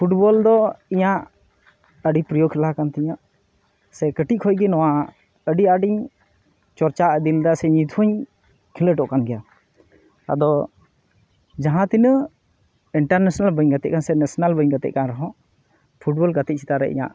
ᱯᱷᱩᱴᱵᱚᱞᱫᱚ ᱤᱧᱟᱹᱜ ᱟᱹᱰᱤ ᱯᱨᱤᱭᱚ ᱠᱷᱮᱞᱟ ᱠᱟᱱᱛᱤᱧᱟᱹ ᱥᱮ ᱠᱟᱹᱴᱤᱡ ᱠᱷᱚᱡᱜᱮ ᱱᱚᱣᱟ ᱟᱹᱰᱤ ᱟᱴᱤᱧ ᱪᱚᱨᱪᱟ ᱟᱹᱜᱩ ᱞᱮᱫᱟ ᱥᱮ ᱱᱤᱛᱦᱚᱸᱭ ᱠᱷᱮᱠᱚᱰᱚᱜ ᱠᱟᱱ ᱜᱮᱭᱟ ᱟᱫᱚ ᱡᱟᱦᱟᱸᱛᱤᱱᱟᱹᱜ ᱤᱱᱴᱟᱨᱼᱱᱮᱥᱚᱱᱟᱞ ᱵᱟᱹᱧ ᱜᱟᱛᱮᱜ ᱠᱟᱱ ᱥᱮ ᱱᱮᱥᱚᱱᱟᱞ ᱵᱟᱹᱧ ᱜᱟᱛᱮᱜ ᱠᱟᱱ ᱨᱮᱦᱚᱸ ᱯᱷᱩᱴᱵᱚᱞ ᱜᱟᱛᱮ ᱪᱮᱛᱟᱱᱨᱮ ᱤᱧᱟᱹᱜ